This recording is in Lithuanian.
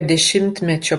dešimtmečio